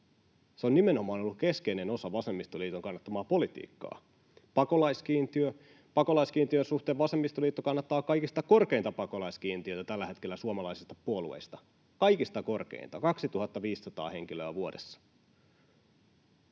Se on nimenomaan ollut keskeinen osa vasemmistoliiton kannattamaa politiikkaa. Pakolaiskiintiön suhteen vasemmistoliitto kannattaa suomalaisista puolueista kaikista korkeinta pakolaiskiintiötä tällä hetkellä, kaikista korkeinta, 2 500 henkilöä vuodessa.